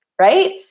Right